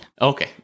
Okay